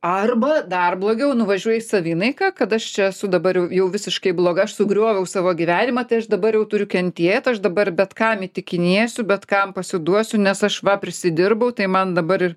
arba dar blogiau nuvažiuoji į savinaiką kad aš čia esu dabar jau jau visiškai bloga aš sugrioviau savo gyvenimą tai aš dabar jau turiu kentėt aš dabar bet kam įtikinėsiu bet kam pasiduosiu nes aš va prisidirbau tai man dabar ir